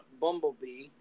Bumblebee